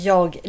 Jag